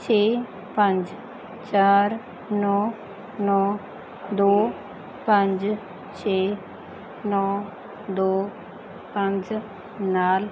ਛੇ ਪੰਜ ਚਾਰ ਨੌਂ ਨੌਂ ਦੋ ਪੰਜ ਛੇ ਨੌਂ ਦੋ ਪੰਜ ਨਾਲ